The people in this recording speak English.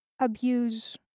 abuse